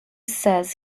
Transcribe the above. says